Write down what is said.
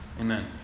Amen